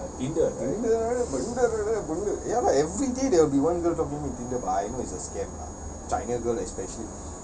tinder ஆமா:aama tinder ல வந்தவ: la wanthawa ya lah everyday there will be one girl drop me on tinder but I know it's a scam lah china girl especially